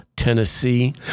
Tennessee